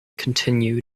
continued